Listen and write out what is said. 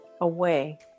away